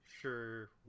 sure